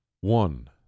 One